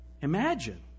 Imagine